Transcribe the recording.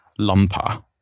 lumper